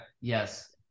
Yes